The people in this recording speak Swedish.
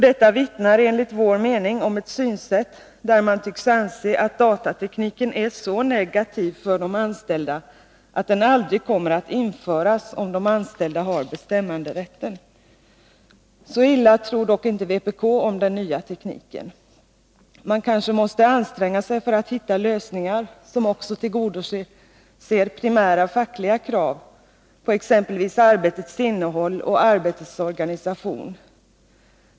Detta vittnar enligt vår mening om att man tycks anse att datatekniken är så negativ för de anställda att den aldrig kommer att införas om de anställda har bestämmanderätten. Så illa tror dock inte vpk om den nya tekniken. Man kanske måste anstränga sig för att hitta lösningar som också tillgodoser primära fackliga krav på exempelvis arbetets innehåll och arbetets organisation.